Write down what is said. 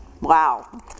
Wow